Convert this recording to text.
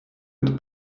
это